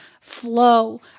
flow